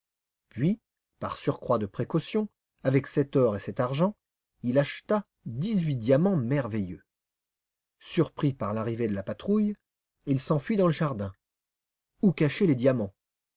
puis par surcroît de précaution avec cet or et cet argent il acheta dix-huit diamants merveilleux surpris par l'arrivée de la patrouille il s'enfuit dans le jardin où cacher les diamants